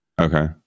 okay